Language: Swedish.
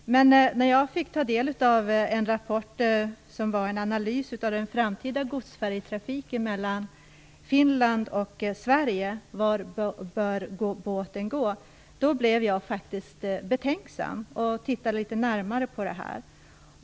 Men när jag fick ta del av en rapport som var en analys av den framtida godsfärjetrafiken mellan Finland och Sverige, Var bör båten gå?, blev jag faktiskt betänksam och började titta litet närmare på detta.